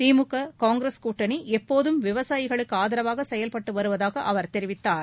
திமுக காங்கிரஸ் கூட்டணி எப்போதும் விவசாயிகளுக்கு ஆதரவாக செயல்பட்டு வருவதாக அவர் தெரிவித்தார்